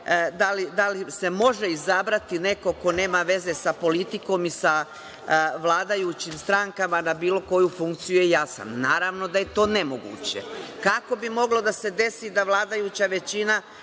da li se može izabrati neko ko nema veze sa politikom i sa vladajućim strankama na bilo koju funkciju je jasan – naravno da je to nemoguće. Kako bi moglo da se desi da vladajuća većina